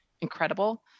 incredible